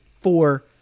four